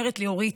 אומרת לי אורית: